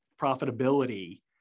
profitability